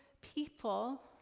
people